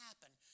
happen